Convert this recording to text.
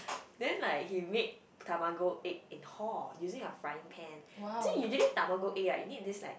then like he makes Tamago egg in hall using a frying pan so usually Tamago egg right you need this like